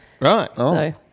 Right